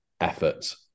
effort